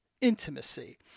intimacy